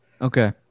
Okay